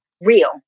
real